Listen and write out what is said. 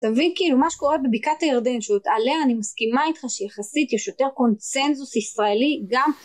תבין, כאילו, מה שקורה בבקעת הירדן, שעוד עליה אני מסכימה איתך שיחסית יש יותר קונצנזוס ישראלי גם.